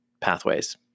pathways